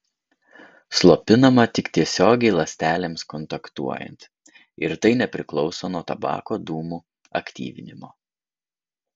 slopinama tik tiesiogiai ląstelėms kontaktuojant ir tai nepriklauso nuo tabako dūmų aktyvinimo